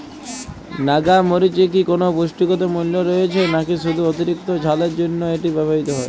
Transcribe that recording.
নাগা মরিচে কি কোনো পুষ্টিগত মূল্য রয়েছে নাকি শুধু অতিরিক্ত ঝালের জন্য এটি ব্যবহৃত হয়?